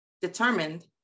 determined